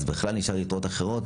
אז בכלל יישארו יתרות אחרות.